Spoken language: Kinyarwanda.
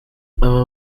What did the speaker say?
aba